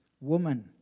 Woman